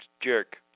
jerk